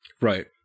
Right